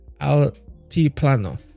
Altiplano